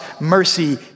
mercy